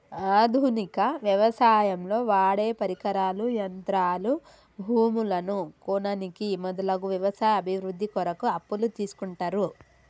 ఆధునిక వ్యవసాయంలో వాడేపరికరాలు, యంత్రాలు, భూములను కొననీకి మొదలగు వ్యవసాయ అభివృద్ధి కొరకు అప్పులు తీస్కుంటరు